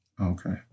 Okay